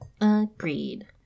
Agreed